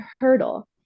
hurdle